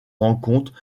rencontres